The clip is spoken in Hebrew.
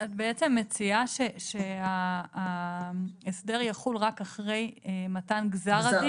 את בעצם מציעה שההסדר יחול רק אחרי מתן גזר הדין?